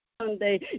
Sunday